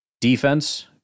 defense